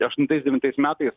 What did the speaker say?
aštuntais devintais metais